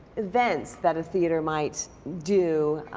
events that a theater might do,